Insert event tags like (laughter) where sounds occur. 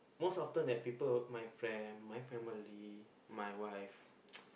most often that people my friend my family my wife (noise)